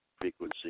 frequency